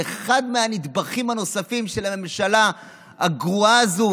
זה אחד הנדבכים הנוספים של הממשלה הגרועה הזו,